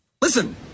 Listen